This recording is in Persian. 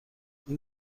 این